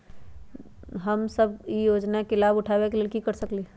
हम सब ई योजना के लाभ उठावे के लेल की कर सकलि ह?